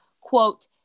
quote